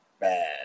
bad